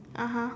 (uh huh)